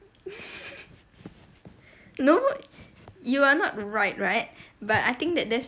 no you are not right right but I think that that's